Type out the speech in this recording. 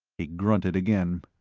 he grunted again.